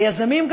היזמים,